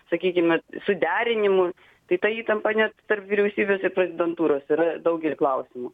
sakykime suderinimų tai ta įtampa ne tarp vyriausybės ir prezidentūros yra daugely klausimų